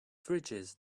fridges